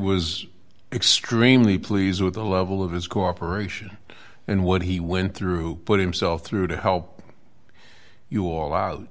was extremely pleased with the level of his cooperation and what he went through put himself through to help you all out